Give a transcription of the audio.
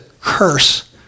curse